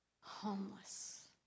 homeless